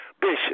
Bishop